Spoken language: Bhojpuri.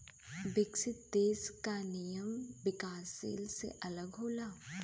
विकसित देश क नियम विकासशील से अलग होला